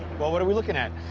well, what are we looking at?